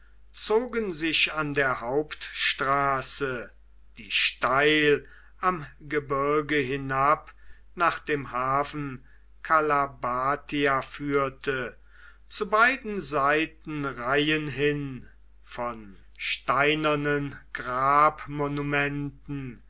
zogen sich an der hauptstraße die steil am gebirge hinab nach dem hafen kalabatia führte zu beiden seiten reihen hin von steinernen